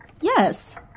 Yes